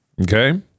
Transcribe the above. Okay